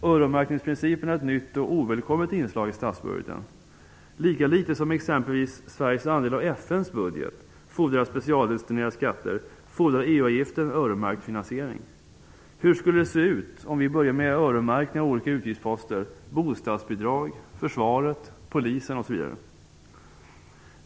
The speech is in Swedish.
Öronmärkningsprincipen är ett nytt och ovälkommet inslag i statsbudgeten. Lika litet som exempelvis Sveriges andel av FN:s budget fordrar specialdestinerade skatter fordrar EU-avgiften öronmärkt finansiering. Hur skulle det se ut om vi börjar med öronmärkning av olika utgiftsposter - bostadsbidrag, Försvaret, Polisen osv.?